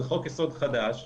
זה חוק יסוד חדש.